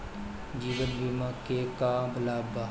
जीवन बीमा के का लाभ बा?